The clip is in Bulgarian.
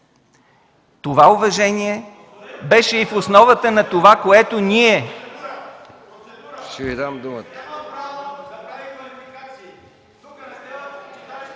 Това уважение беше и в основата на това, което ние ...